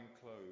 clothes